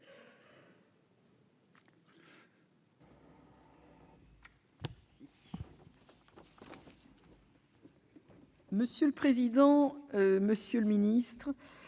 Monsieur le président, monsieur le ministre,